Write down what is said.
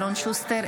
אלון שוסטר,